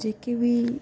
जेह्के बी